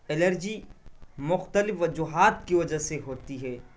allergy مختلف وجوہات کی وجہ سے ہوتی ہے